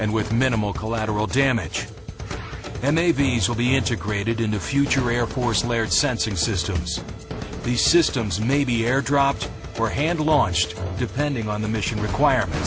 and with minimal collateral damage and they bees will be integrated into future airports layered sensing systems these systems may be airdropped for hand launched depending on the mission requirements